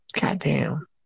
Goddamn